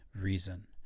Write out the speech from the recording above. reason